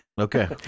Okay